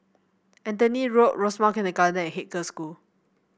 Anthony Road Rosemount Kindergarten and Haig Girls' School